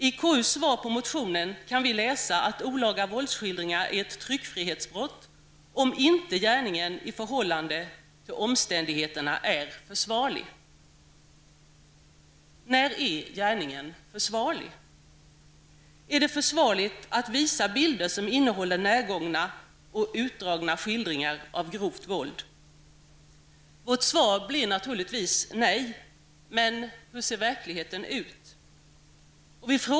I KUs svar på motionen kan vi läsa att olaga våldsskildringar är ett tryckfrihetsbrott, om inte gärningen i förhållande till omständigheterna är försvarlig. När är då gärningen försvarlig? Är det försvarligt att visa bilder som innehåller närgångna och utdragna skildringar av grovt våld? Vårt svar blir naturligtvis nej! Men hur ser verkligheten ut?